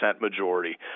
majority